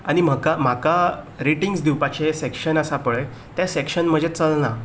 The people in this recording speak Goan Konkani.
आनी म्हाका म्हाका रेटींग्स दिवपाचें सॅक्शन आसा पळय तें सॅक्शन म्हजें चलना